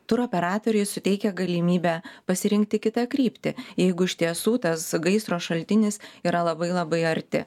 turo operatoriai suteikia galimybę pasirinkti kitą kryptį jeigu iš tiesų tas gaisro šaltinis yra labai labai arti